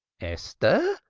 esther,